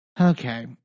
Okay